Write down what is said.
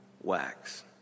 wax